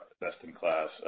best-in-class